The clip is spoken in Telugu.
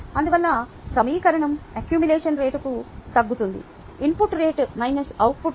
అందువల్ల సమీకరణం ఎక్యూములేషన్ రేటుకు తగ్గుతుంది input rate minus output rate